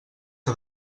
que